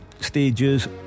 stages